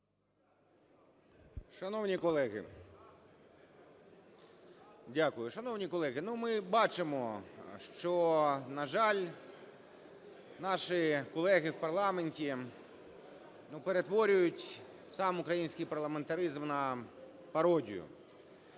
Шановні колеги, ну, ми бачимо, що, на жаль, наші колеги в парламенті перетворюють сам український парламентаризм на пародію.